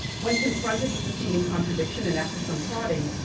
when confronted with the seeming contradiction and after some prodding,